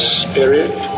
spirit